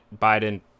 Biden